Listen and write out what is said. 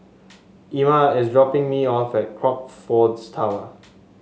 Ima is dropping me off at Crockfords Tower